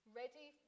ready